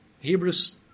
Hebrews